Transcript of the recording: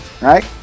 Right